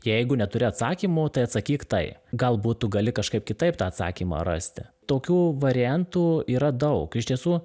jeigu neturi atsakymo tai atsakyk tai galbūt tu gali kažkaip kitaip tą atsakymą rasti tokių variantų yra daug iš tiesų